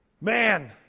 man